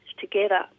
together